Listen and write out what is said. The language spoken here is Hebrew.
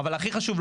אבל הכי חשוב,